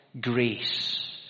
grace